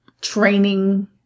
training